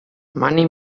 money